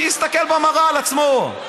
שיסתכל במראה על עצמו.